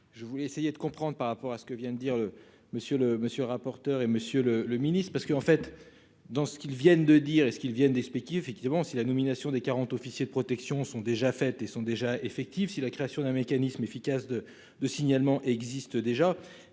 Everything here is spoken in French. Je voulais essayer de comprendre par rapport à ce que vient de dire monsieur le monsieur rapporteur et Monsieur le le ministre-parce qu'en fait dans ce qu'ils viennent de dire est-ce qu'il viennent des Despé qui effectivement si la nomination des 40 officiers de protection sont déjà fait et sont déjà effectifs si la création d'un mécanisme efficace de de signalements existe déjà